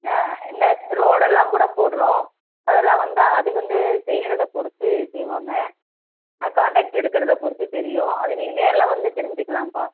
ஆ இந்த ரோடெல்லாம் கூட போட்றோம் அதெல்லாம் வந்தால் அது வந்து செய்யறதை பொறுத்து செய்வாங்க அது கான்ட்ராக்ட் எடுக்கறதை பொறுத்து தெரியும் அது நீங்கள் நேரில் வந்து தெரிஞ்சிக்கலாம்ப்பா